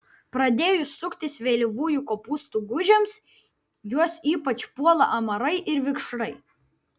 pradėjus suktis vėlyvųjų kopūstų gūžėms juos ypač puola amarai ir vikšrai